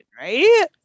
right